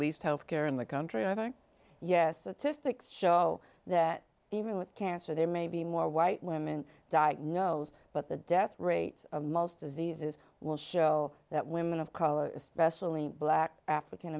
least health care in the country i think yes that cystic show that even with cancer there may be more white women diagnosed but the death rate of most diseases will show that women of color especially black african